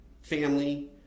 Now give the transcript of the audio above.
family